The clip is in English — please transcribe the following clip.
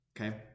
okay